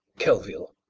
kelvil.